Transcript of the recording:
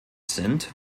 sind